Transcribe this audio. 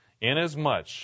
inasmuch